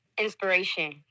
inspiration